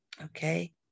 Okay